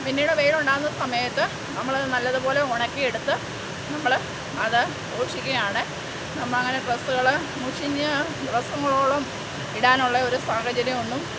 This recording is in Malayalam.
പിന്നീട് വെയിൽ ഉണ്ടാകുന്ന സമയത്ത് നമ്മൾ നല്ലതുപോലെ ഉണക്കിയെടുത്ത് നമ്മൾ അത് സൂക്ഷിക്കുകയാണ് നമ്മൾ അങ്ങനെ ഡ്രസ്സുകൾ മുഷിഞ്ഞ് ദിവസങ്ങളോളം ഇടാനുള്ള ഒരു സാഹചര്യമൊന്നും